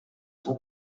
son